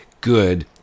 good